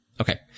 Okay